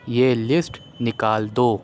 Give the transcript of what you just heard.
یہ لِسٹ نکال دو